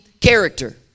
character